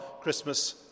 Christmas